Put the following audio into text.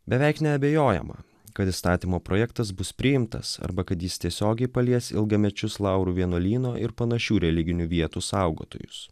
beveik neabejojama kad įstatymo projektas bus priimtas arba kad jis tiesiogiai palies ilgamečius laurų vienuolyno ir panašių religinių vietų saugotojus